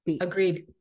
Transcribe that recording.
Agreed